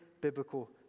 biblical